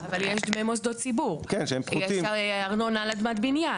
כי אפשר ארנונה על אדמת בניין.